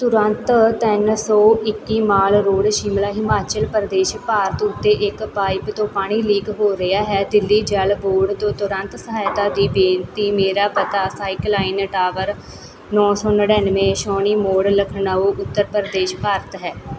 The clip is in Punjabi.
ਤੁਰੰਤ ਤਿੰਨ ਸੌ ਇੱਕੀ ਮਾਲ ਰੋਡ ਸ਼ਿਮਲਾ ਹਿਮਾਚਲ ਪ੍ਰਦੇਸ਼ ਭਾਰਤ ਉੱਤੇ ਇੱਕ ਪਾਈਪ ਤੋਂ ਪਾਣੀ ਲੀਕ ਹੋ ਰਿਹਾ ਹੈ ਦਿੱਲੀ ਜਲ ਬੋਰਡ ਤੋਂ ਤੁਰੰਤ ਸਹਾਇਤਾ ਦੀ ਬੇਨਤੀ ਮੇਰਾ ਪਤਾ ਸਾਇਕ ਲਾਈਨ ਟਾਵਰ ਨੌਂ ਸੌ ਨੜ੍ਹਿਨਵੇਂ ਛਾਉਣੀ ਰੋਡ ਲਖਨਊ ਉੱਤਰ ਪ੍ਰਦੇਸ਼ ਭਾਰਤ ਹੈ